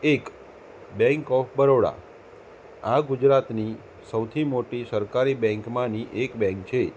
એક bank of Baroda આ ગુજરાતની સૌથી મોટી સરકારી બેન્કમાંની એક બેન્ક છે